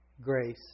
grace